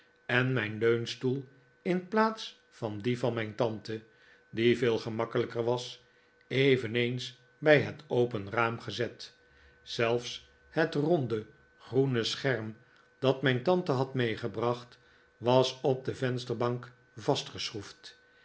en mijn leunstoel in plaats van dien van mijn tante die veel gemakkelijker was eveneens bij het open raam gezet zelfs het ronde groene scherm dat mijn tante had meegebracht was op de vensterbahk